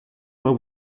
pas